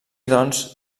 doncs